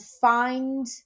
find